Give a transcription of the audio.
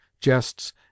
jests